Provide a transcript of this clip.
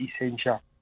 essential